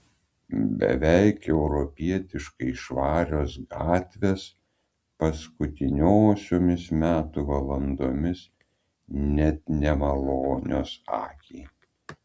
beveik europietiškai švarios gatvės paskutiniosiomis metų valandomis net nemalonios akiai